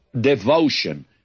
devotion